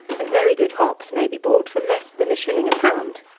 and very good hops may be bought for less than a shilling a pound.